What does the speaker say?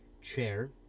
chair